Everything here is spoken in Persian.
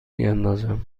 بیاندازم